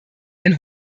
ein